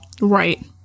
Right